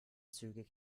zügig